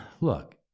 look